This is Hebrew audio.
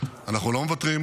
אנחנו לא מוותרים